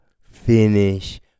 finish